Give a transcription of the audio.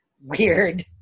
weird